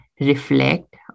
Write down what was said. reflect